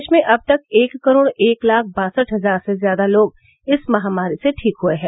देश में अब तक एक करोड़ एक लाख बासठ हजार से ज्यादा लोग इस महामारी से ठीक हुए हैं